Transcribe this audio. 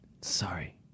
Sorry